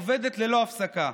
אני עובדת ללא הפסקה.